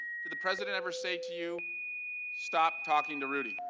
did the president ever say to you stop talking to rudy?